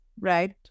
right